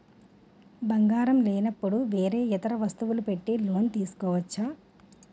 బంగారం లేనపుడు వేరే ఇతర వస్తువులు పెట్టి లోన్ తీసుకోవచ్చా?